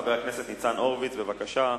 חבר הכנסת ניצן הורוביץ, בבקשה.